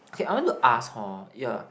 okay I want to ask hor yeah